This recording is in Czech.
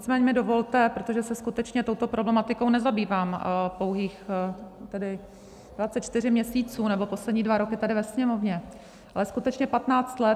Nicméně mi dovolte, protože se skutečně touto problematikou nezabývám pouhých 24 měsíců, nebo poslední dva roky tady ve Sněmovně, ale skutečně patnáct let.